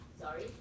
sorry